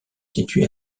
située